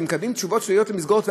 שמקבלים תשובות שליליות ממסגרות,